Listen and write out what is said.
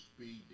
speed